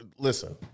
Listen